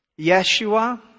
Yeshua